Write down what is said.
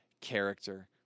character